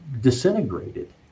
disintegrated